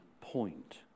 point